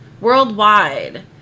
Worldwide